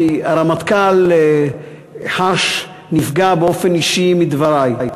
כי הרמטכ"ל חש נפגע באופן אישי מדברי.